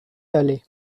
halley